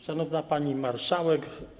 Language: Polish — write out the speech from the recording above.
Szanowna Pani Marszałek!